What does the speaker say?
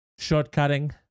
Shortcutting